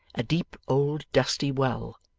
a deep old dusty well.